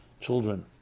children